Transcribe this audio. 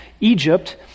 Egypt